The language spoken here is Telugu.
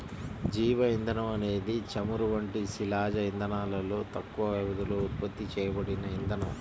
జీవ ఇంధనం అనేది చమురు వంటి శిలాజ ఇంధనాలలో తక్కువ వ్యవధిలో ఉత్పత్తి చేయబడిన ఇంధనం